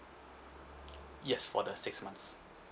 yes for the six months